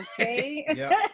okay